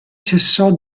cessò